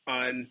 on